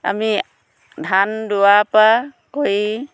আমি ধান দোৱাৰ পৰা কৰি